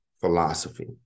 philosophy